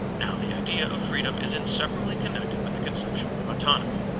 now the idea of freedom is inseparably connected with the conception of autonomy,